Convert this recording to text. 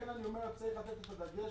לכן צריך לתת דגש